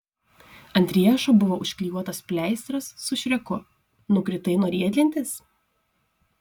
ant riešo buvo užklijuotas pleistras su šreku nukritai nuo riedlentės